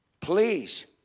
please